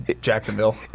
Jacksonville